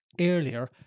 earlier